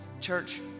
Church